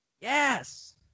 yes